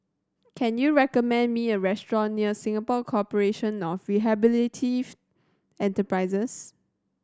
can you recommend me a restaurant near Singapore Corporation of Rehabilitative Enterprises